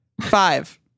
Five